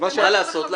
מה לעשות?